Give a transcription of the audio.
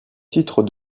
titre